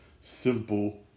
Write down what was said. simple